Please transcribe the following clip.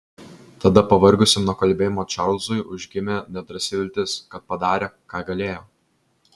tada pavargusiam nuo kalbėjimo čarlzui užgimė nedrąsi viltis kad padarė ką galėjo